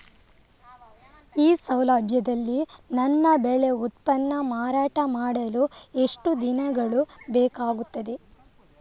ಈ ಸೌಲಭ್ಯದಲ್ಲಿ ನನ್ನ ಬೆಳೆ ಉತ್ಪನ್ನ ಮಾರಾಟ ಮಾಡಲು ಎಷ್ಟು ದಿನಗಳು ಬೇಕಾಗುತ್ತದೆ?